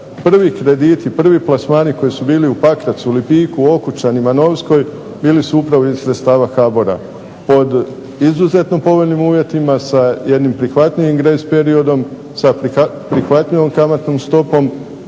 prvi krediti, prvi plasmani koji su bili u Pakracu, Lipiku, Okučanima, Novskoj bili su upravo iz sredstava HBOR-a, pod izuzetno povoljnim uvjetima sa jednim prihvatnijim …/Govornik se ne razumije./… periodom, sa prihvatljivom kamatnom stopom,